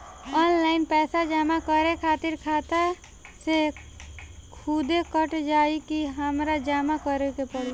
Online पैसा जमा करे खातिर खाता से खुदे कट जाई कि हमरा जमा करें के पड़ी?